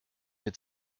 mit